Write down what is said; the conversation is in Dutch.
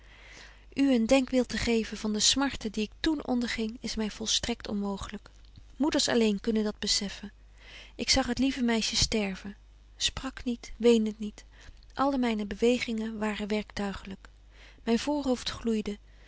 een denkbeeld te geven van de smarte betje wolff en aagje deken historie van mejuffrouw sara burgerhart die ik toen onderging is my volstrekt onmooglyk moeders alleen kunnen dat bezeffen ik zag het lieve meisje sterven sprak niet weende niet alle myne bewegingen waren werktuiglyk myn voorhoofd gloeide